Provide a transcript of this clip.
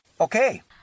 Okay